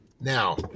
Now